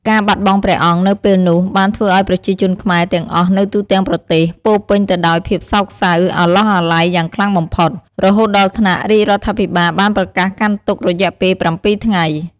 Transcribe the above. ការបាត់បង់ព្រះអង្គនៅពេលនោះ បានធ្វើឱ្យប្រជាជនខ្មែរទាំងអស់នៅទូទាំងប្រទេស ពោរពេញទៅដោយភាពសោកសៅអាឡោះអាល័យយ៉ាងខ្លាំងបំផុត រហូតដល់ថ្នាក់រាជរដ្ឋាភិបាលបានប្រកាសកាន់ទុក្ខរយៈពេល ៧ ថ្ងៃ។